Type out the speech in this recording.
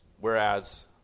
Whereas